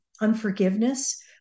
unforgiveness